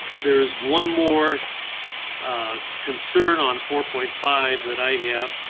there is one more a concern on four point five that i have.